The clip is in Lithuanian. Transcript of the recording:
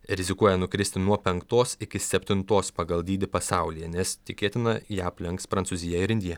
rizikuoja nukristi nuo penktos iki septintos pagal dydį pasaulyje nes tikėtina ją aplenks prancūzija ir indija